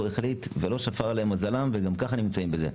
הוא החליט ולא שפר עליהם מזלם וגם ככה נמצאים בזה,